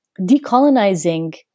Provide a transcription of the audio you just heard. decolonizing